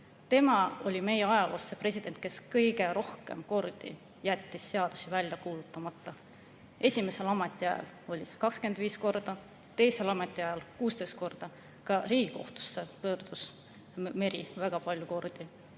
tema oli meie ajaloos see president, kes kõige rohkem kordi jättis seaduse välja kuulutamata. Esimesel ametiajal 25 korda, teisel ametiajal 16 korda. Ka Riigikohtusse pöördus Meri väga palju kordi.